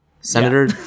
Senator